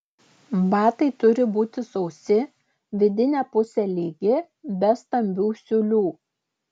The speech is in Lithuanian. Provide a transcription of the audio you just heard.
batai turi būti sausi vidinė pusė lygi be stambių siūlių